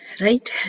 right